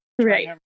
right